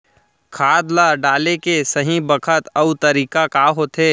खाद ल डाले के सही बखत अऊ तरीका का होथे?